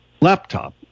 laptop